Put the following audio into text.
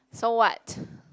so what